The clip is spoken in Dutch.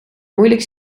moeilijk